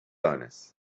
downes